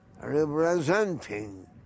representing